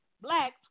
blacks